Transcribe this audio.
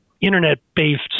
internet-based